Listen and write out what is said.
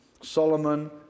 Solomon